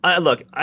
look